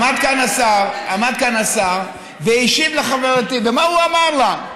עמד כאן השר והשיב לחברתי, ומה הוא אמר לה?